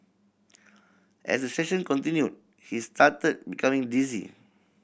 as the session continued he started becoming dizzy